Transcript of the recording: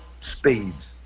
speeds